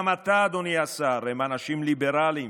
גם אתה, אדוני השר, הם אנשים ליברלים,